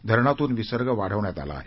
धरणातून विसर्ग वाढवण्यात आला आहे